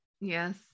Yes